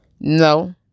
no